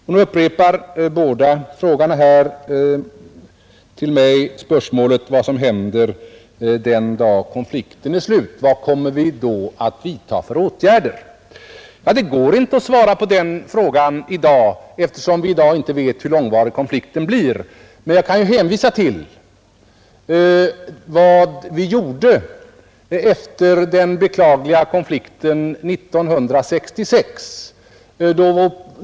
Båda frågeställarna upprepar nu spörsmålet vad vi kommer att vidta för åtgärder den dag konflikten är slut. Det går inte att svara på den frågan i dag, eftersom vi nu inte vet hur långvarig konflikten blir. Men jag kan hänvisa till vad vi gjorde efter den beklagliga konflikten 1966.